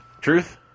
Truth